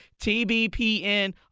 TBPN